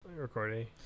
recording